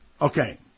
Okay